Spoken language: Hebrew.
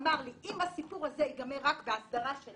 הוא אמר לי, אם הסיפור הזה ייגמר רק בהסדרה של